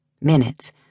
minutes